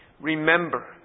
Remember